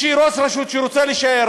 ראש רשות שרוצה להישאר,